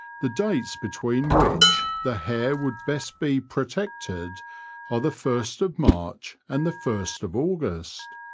the dates between which the hare would best be protected are the first of march and the first of august.